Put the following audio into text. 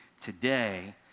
today